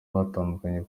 batandukanye